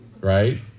Right